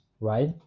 right